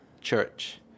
church